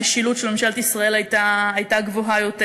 המשילות של ממשלת ישראל הייתה גבוהה יותר.